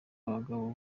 abagabo